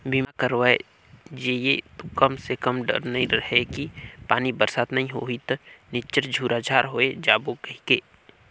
बीमा करवाय जे ये तो कम से कम डर नइ रहें कि पानी बरसात नइ होही त निच्चर झूरा झार होय जाबो कहिके